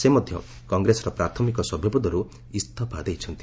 ସେ ମଧ୍ୟ କଂଗ୍ରେସର ପ୍ରାଥମିକ ସଭ୍ୟ ପଦର୍ ଇସ୍ତଫା ଦେଇଛନ୍ତି